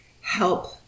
help